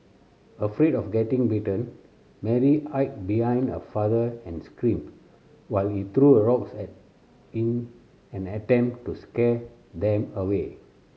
afraid of getting bitten Mary hide behind her father and screamed while he threw a rocks a in an attempt to scare them away